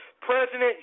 President